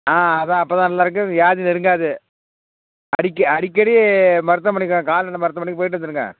ஆ அதுதான் அப்போ தான் நல்லாயிருக்கும் வியாதி நெருங்காது அடிக்க அடிக்கடி மருத்துவமனைக்கு கால்நடை மருத்துவமனைக்கு போயிட்டு வந்துருங்க